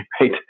right